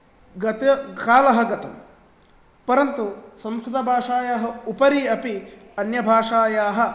गते कालः गतं परन्तु संस्कृतभाषायाः उपरि अपि अन्यभाषायाः